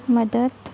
मदत